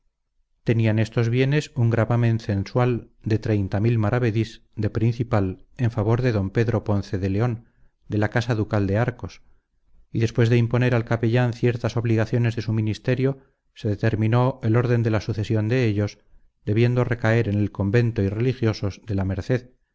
tenían estos bienes un gravamen censual de maravedís de principal en favor de don pedro ponce de león de la casa ducal de arcos y después de imponer al capellán ciertas obligaciones de su ministerio se determinó el orden de la sucesión en ellos debiendo recaer en el convento y religiosos de la merced